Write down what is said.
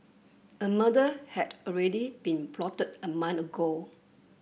a murder had already been plotted a month ago